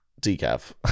decaf